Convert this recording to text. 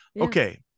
Okay